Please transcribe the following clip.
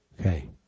Okay